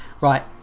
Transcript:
right